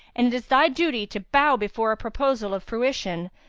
and it is thy duty to bow before a proposal of fruition,